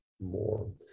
more